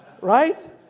Right